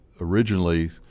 originally